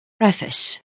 Preface